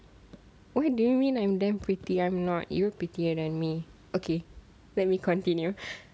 why do you mean I'm damn pretty I'm not even prettier than me okay let me continue